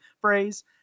phrase